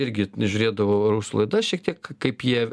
irgi žiūrėdavau rusų laidas šiek tiek kaip jie